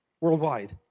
worldwide